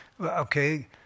okay